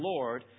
Lord